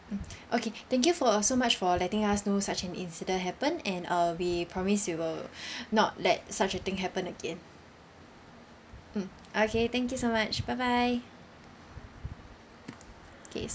mm okay thank you for so much for letting us know such an incident happened and uh we promise you will not let such a thing happen again mm okay thank you so much bye bye okay